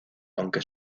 aunque